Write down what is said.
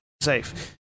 safe